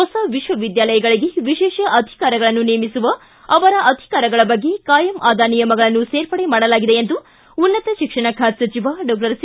ಹೊಸ ವಿಶ್ವವಿದ್ಯಾಲಯಗಳಿಗೆ ವಿಶೇಷ ಅಧಿಕಾರಿಗಳನ್ನು ನೇಮಿಸುವ ಅವರ ಅಧಿಕಾರಗಳ ಬಗ್ಗೆ ಕಾಯಂ ಆದ ನಿಯಮಗಳನ್ನು ಸೇರ್ಪಡೆ ಮಾಡಲಾಗಿದೆ ಎಂದು ಉನ್ನತ ಶಿಕ್ಷಣ ಖಾತೆ ಸಚಿವ ಡಾಕ್ಟರ್ ಸಿ